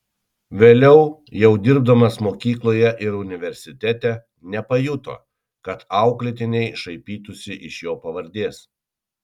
vėliau jau dirbdamas mokykloje ir universitete nepajuto kad auklėtiniai šaipytųsi iš jo pavardės